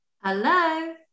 Hello